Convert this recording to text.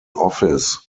office